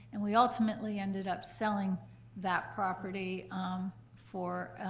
and we ultimately ended up selling that property for